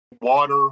water